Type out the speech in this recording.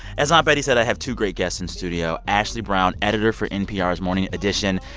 as aunt betty said, i have two great guests in studio ashley brown, editor for npr's morning edition,